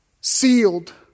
sealed